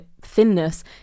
thinness